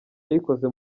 yayikoze